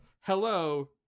hello